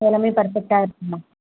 so எல்லாமே பர்ஃபெக்ட்டாக இருக்கும்மா